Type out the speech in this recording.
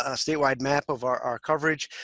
ah statewide map of our our coverage.